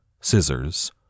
scissors